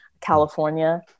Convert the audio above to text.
California